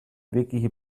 wirkliche